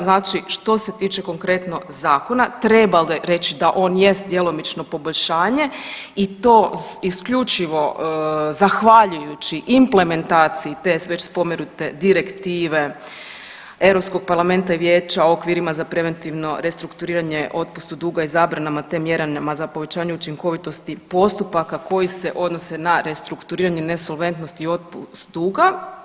Znači što se tiče konkretno zakona trebalo je reći da on jest djelomično poboljšanje i to isključivo zahvaljujući implementaciji te već spomenute direktive Europskog parlamenta i Vijeća o okvirima za preventivno restrukturiranje, otpustu duga i zabranama, te mjerama za povećanje učinkovitosti postupaka koji se odnose na restrukturiranje nesolventnosti i otpust duga.